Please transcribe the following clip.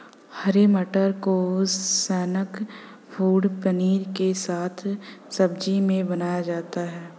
हरे मटर को snack food पनीर के साथ सब्जी में बनाया जाता है